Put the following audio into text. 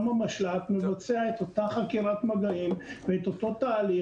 גם המשל"ט מבצע את אותה חקירת מגעים ואת אותו תהליך,